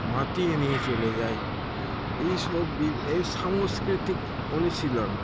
মাতিয়ে নিয়ে চলে যাই এইসব এই সাংস্কৃতিক অনুশীলন